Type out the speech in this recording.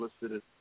listed